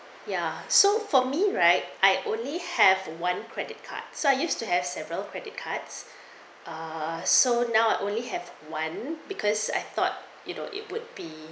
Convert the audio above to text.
ya so for me right I only have one credit card so I used to have several credit cards ah so now I only have one because I thought you know it would be